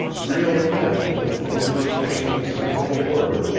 real men with whom to exchange the sensible word,